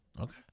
Okay